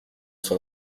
son